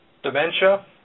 Dementia